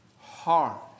heart